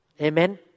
Amen